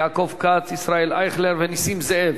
יעקב כץ, ישראל אייכלר ונסים זאב.